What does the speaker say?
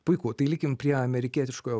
puiku tai likim prie amerikietiškojo